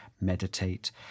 meditate